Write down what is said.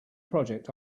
project